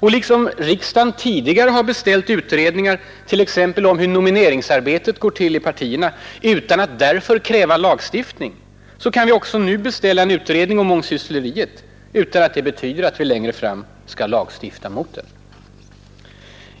Och liksom riksdagen tidigare har beställt utredningar, t.ex. om hur nomineringsarbetet går till i partierna, utan att därför kräva lagstiftning kan vi också nu beställa en utredning om mångsyssleriet utan att det betyder att vi längre fram skall lagstifta mot det.